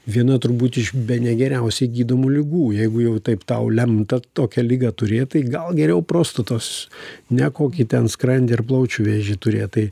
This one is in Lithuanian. viena turbūt iš bene geriausiai gydomų ligų jeigu jau taip tau lemta tokią ligą turėt tai gal geriau prostatos ne kokį ten skrandį ir plaučių vėžį turėt tai